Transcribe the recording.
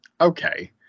okay